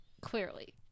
Clearly